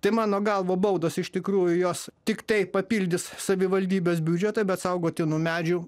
tai mano galva baudos iš tikrųjų jos tiktai papildys savivaldybės biudžetą bet saugotinų medžių